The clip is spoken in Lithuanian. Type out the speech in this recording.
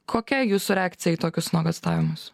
kokia jūsų reakcija į tokius nuogąstavimus